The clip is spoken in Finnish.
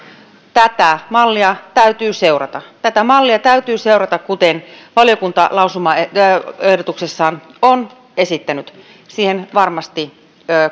tätä mallia täytyy seurata tätä mallia täytyy seurata kuten valiokunta lausumaehdotuksessaan on esittänyt siihen varmasti